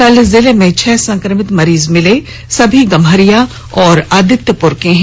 कल जिले में छह संक्रमित मरीज मिले हैं सभी गम्हरिया और आदित्यपुर के हैं